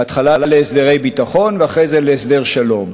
בהתחלה להסדרי ביטחון ואחרי זה להסדר שלום.